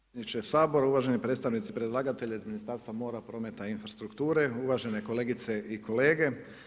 predsjedniče Sabora, uvaženi predstavnici predlagatelji iz Ministarstva mora, prometa i infrastrukture, uvažene kolegice i kolege.